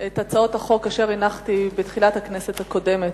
את הצעות החוק אשר הנחתי בתחילת הכנסת הקודמת,